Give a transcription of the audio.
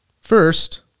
First